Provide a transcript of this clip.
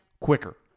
quicker